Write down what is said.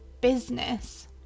business